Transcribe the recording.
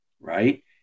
Right